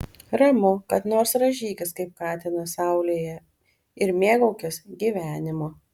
ramu kad nors rąžykis kaip katinas saulėje ir mėgaukis gyvenimu